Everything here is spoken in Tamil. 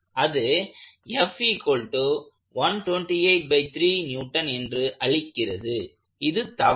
அது என்று அளிக்கிறது இது தவறு